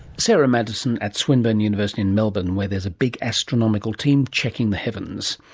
sarah maddison at swinburne university in melbourne, where there's a big astronomical team checking the heavens